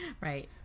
Right